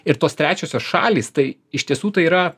ir tos trečiosios šalys tai iš tiesų tai yra